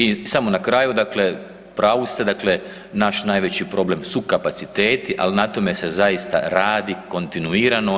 I samo na kraju, dakle u pravu ste dakle naš najveći problem su kapaciteti, ali na tome se zaista radi kontinuirano.